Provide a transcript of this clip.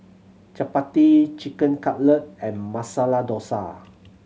Chapati Chicken Cutlet and Masala Dosa